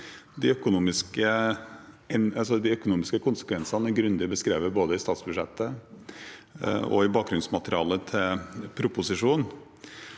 De økonomiske konsekvensene er grundig beskrevet både i statsbudsjettet og i bakgrunnsmaterialet til proposisjonen.